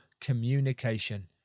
communication